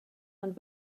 and